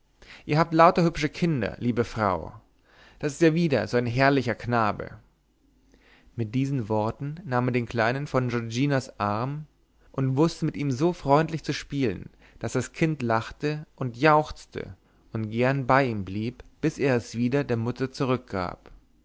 ihr habt lauter hübsche kinder liebe frau das ist ja wieder ein herrlicher knabe mit diesen worten nahm er den kleinen von giorginas arm und wußte mit ihm so freundlich zu spielen daß das kind lachte und jauchzte und gern bei ihm blieb bis er es wieder der mutter zurückgab